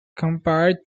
compared